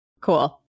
cool